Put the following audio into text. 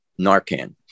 Narcan